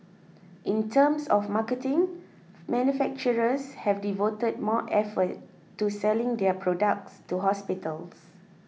in terms of marketing manufacturers have devoted more effort to selling their products to hospitals